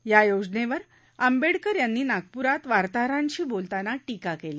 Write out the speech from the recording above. या योजनेवर आंबेडकर यांनी नागुपूरात वार्ताहरांशी बोलताना टीका केली